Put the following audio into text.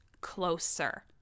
closer